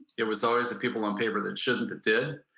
it was always the people on paper that shouldn't that did.